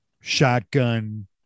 shotgun